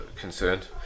concerned